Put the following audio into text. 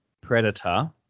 predator